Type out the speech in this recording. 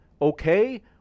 okay